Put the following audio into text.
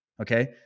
Okay